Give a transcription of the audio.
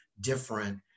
different